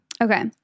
Okay